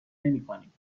نمیکنیم